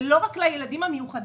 זה לא רק לילדים המיוחדים,